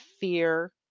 fear